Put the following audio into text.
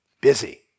Busy